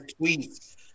tweets